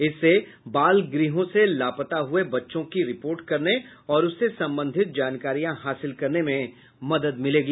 इससे बाल गृहों से लापता हुए बच्चों की रिपोर्ट करने और उससे संबंधित जानकारियां हासिल करने में मदद मिलेगी